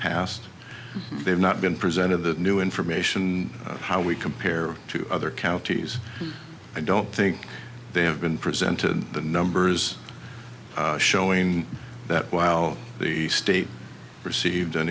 past they have not been present of the new information and how we compare to other counties i don't think they have been presented the numbers showing that while the state received an